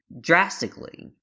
drastically